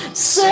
Say